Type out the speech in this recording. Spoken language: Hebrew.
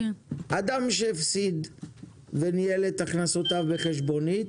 אדם שהפסיק וניהל את הכנסותיו בחשבונית,